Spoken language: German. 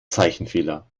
zeichenfehler